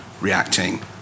reacting